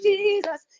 Jesus